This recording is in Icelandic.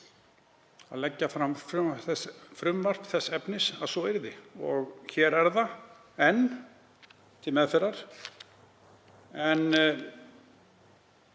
að leggja fram frumvarp þess efnis að svo yrði. Og hér er það enn til meðferðar en